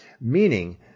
Meaning